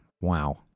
Wow